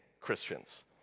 Christians